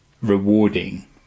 rewarding